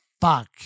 fuck